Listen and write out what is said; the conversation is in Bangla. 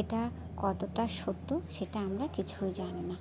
এটা কতটা সত্য সেটা আমরা কিছুই জানি না